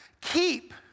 Keep